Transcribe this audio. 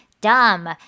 dumb